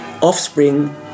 offspring